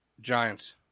Giants